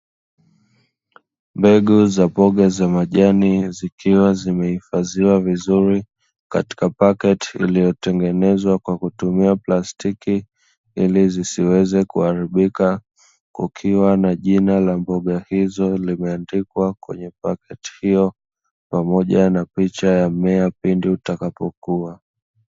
Mbegu za mboga za majani, zikiwa zimehifadhiwa vizuri katika paketi iliyotengenezwa kwa kutumia plastiki ili zisiweze kuharibika, kukiwa na jina la mboga hizo limeandikwa kwenye paketi hiyo pamoja na picha ya mmea pindi utakapokua.